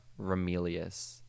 Romelius